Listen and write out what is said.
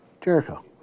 Jericho